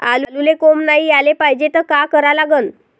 आलूले कोंब नाई याले पायजे त का करा लागन?